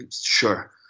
sure